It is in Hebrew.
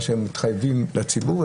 מה שהם מתחייבים לציבור,